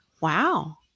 Wow